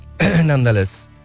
nonetheless